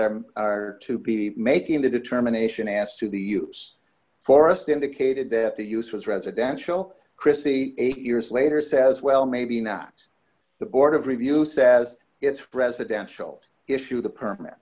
are to be making the determination as to the use forest indicated that the use was residential crissy eight years later says well maybe not the board of review says it's a presidential issue the